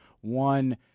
one